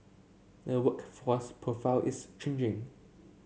the workforce profile is changing